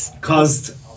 caused